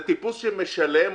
זה טיפוס שמשלם,